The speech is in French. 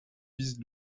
vise